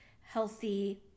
healthy